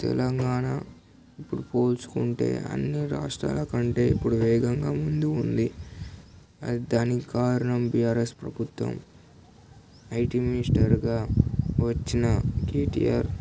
తెలంగాణ ఇప్పుడు పోల్చుకుంటే అన్ని రాష్ట్రాల కంటే ఇప్పుడు వేగంగా ముందు ఉంది అది దానికి కారణం బిఆర్ఎస్ ప్రభుత్వం ఐటి మినిస్టర్గా వచ్చిన కేటీఆర్